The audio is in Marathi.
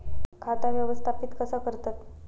खाता व्यवस्थापित कसा करतत?